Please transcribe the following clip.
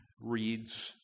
reads